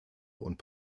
und